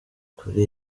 kuri